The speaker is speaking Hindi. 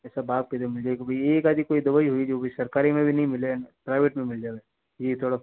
यह सब आपको मिल जाएगी एक आधी दवाई जो की सरकारी में भी नहीं मिलेगी प्राइवेट में मिल जाएगी यह थोड़ा